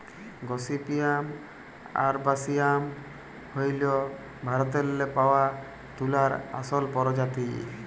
gossypium arboreum হ্যইল ভারতেল্লে পাউয়া তুলার আসল পরজাতি